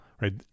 right